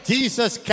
Jesus